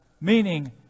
meaning